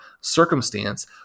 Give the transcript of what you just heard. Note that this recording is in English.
circumstance